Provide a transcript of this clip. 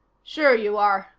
sure you are,